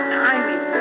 timing